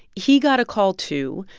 he got a call, too,